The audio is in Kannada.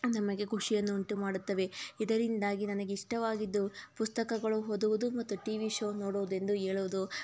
ನಮಗೆ ಖುಷಿಯನ್ನು ಉಂಟುಮಾಡುತ್ತವೆ ಇದರಿಂದಾಗಿ ನನಗೆ ಇಷ್ಟವಾಗಿದ್ದು ಪುಸ್ತಕಗಳು ಓದುವುದು ಮತ್ತು ಟಿವಿ ಶೋ ನೋಡುವುದೆಂದು ಹೇಳೋದು